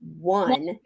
one